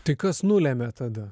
tai kas nulemia tada